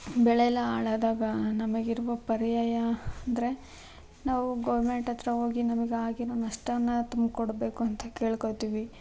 ಬೆಳೆ ಎಲ್ಲ ಹಾಳಾದಾಗ ನಮಗಿರುವ ಪರ್ಯಾಯ ಅಂದರೆ ನಾವು ಗೌರ್ಮೆಂಟ್ ಹತ್ರ ಹೋಗಿ ನಮಗಾಗಿರೋ ನಷ್ಟನ ತುಂಬಿಕೊಡ್ಬೇಕು ಅಂತ ಕೇಳ್ಕೋತೀವಿ